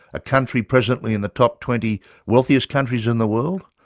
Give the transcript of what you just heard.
a country presently in the top twenty wealthiest countries in the world,